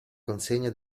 consegna